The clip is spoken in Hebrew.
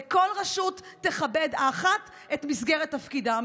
וכל רשות תכבד האחת את מסגרת תפקידה של האחרת.